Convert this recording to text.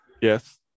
Yes